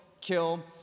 kill